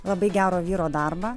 labai gero vyro darbą